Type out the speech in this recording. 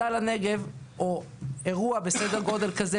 צה"ל לנגב או אירוע בסדר גודל כזה,